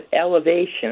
elevation